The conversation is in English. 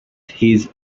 his